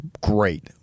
great